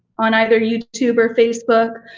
on either youtube or facebook?